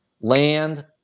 land